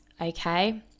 okay